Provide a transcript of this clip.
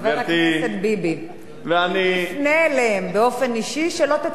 חבר הכנסת, ראית, הפגנה המונית.